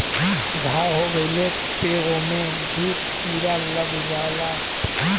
घाव हो गइले पे ओमे भी कीरा लग जाला